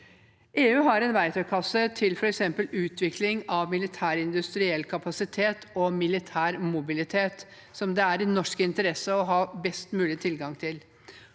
EU har en verktøykasse til f.eks. utvikling av militær industriell kapasitet og militær mobilitet som det er i norsk interesse å ha best mulig tilgang til.